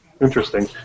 interesting